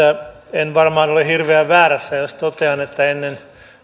en varmaan ole hirveän väärässä jos totean että ennen